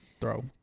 throw